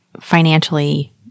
financially